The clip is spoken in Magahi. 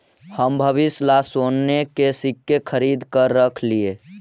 हम भविष्य ला सोने के सिक्के खरीद कर रख लिए